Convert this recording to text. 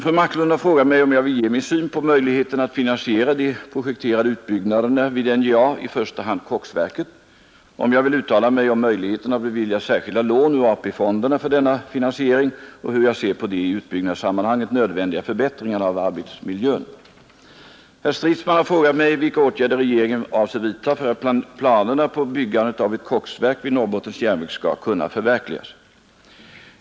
Fru Marklund har frågat mig om jag vill ge min syn på möjligheterna att finansiera de projekterade utbyggnaderna vid NJA, i första hand koksverket, om jag vill uttala mig om möjligheterna att bevilja särskilda lån ur AP-fonderna för denna finansiering och hur jag ser på de i utbyggnadssammanhanget nödvändiga förbättringarna av arbetsmiljön. Herr Stridsman har frågat mig vilka åtgärder regeringen avser vidta för att planerna på byggandet av ett koksverk vid Norrbottens järnverk skall kunna förverkligas.